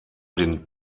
den